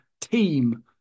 team